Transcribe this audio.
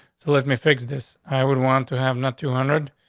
so let me fix this. i would want to have not two hundred